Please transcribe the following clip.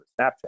Snapchat